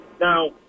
Now